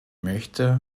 möchte